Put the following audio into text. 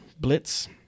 blitz